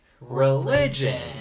Religion